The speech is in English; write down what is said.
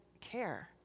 care